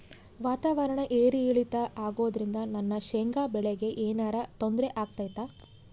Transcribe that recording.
ವಾತಾವರಣ ಏರಿಳಿತ ಅಗೋದ್ರಿಂದ ನನ್ನ ಶೇಂಗಾ ಬೆಳೆಗೆ ಏನರ ತೊಂದ್ರೆ ಆಗ್ತೈತಾ?